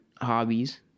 Hobbies